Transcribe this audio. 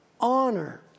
honor